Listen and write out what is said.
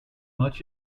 much